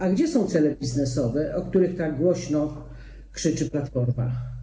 A gdzie są ceny biznesowe, o których tak głośno krzyczy Platforma?